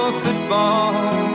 football